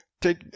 Take